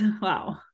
Wow